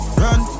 run